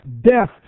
Death